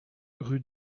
rue